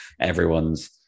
everyone's